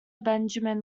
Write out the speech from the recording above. benjamin